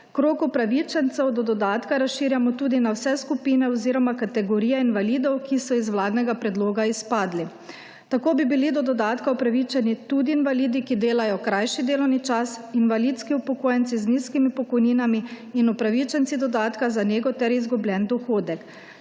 Krog upravičencev do dodatka razširjamo tudi na vse skupine oziroma kategorije invalidov, ki so iz vladnega predloga izpadli. Tako bi bili do dodatka upravičeni tudi invalidi, ki delajo krajši delovni čas, invalidski upokojenci z nizkimi pokojninami in upravičenci dodatka za nego ter izgubljen dohodek.